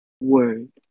word